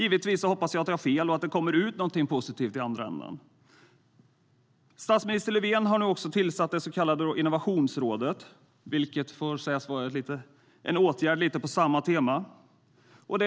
Givetvis hoppas jag att jag har fel och att det kommer ut någonting positivt i andra ändan. Statsminister Stefan Löfven har nu också tillsatt det så kallade Innovationsrådet, vilket väl får sägas vara en åtgärd lite på samma tema.